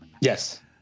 Yes